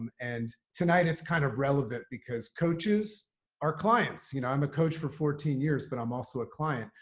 um and tonight, it's kind of relevant because coaches are clients. you know, i'm a coach for fourteen years, but i'm also a client.